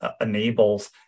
enables